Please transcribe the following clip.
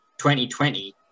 2020